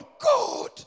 God